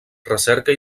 recerca